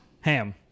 Ham